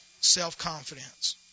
self-confidence